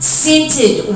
scented